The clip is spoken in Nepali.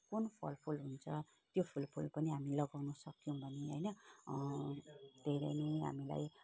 कुन फलफुल हुन्छ त्यो फलफुल पनि हामी लगाउन सक्यौँ भने होइन धेरै नै हामीलाई